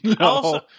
No